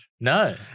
No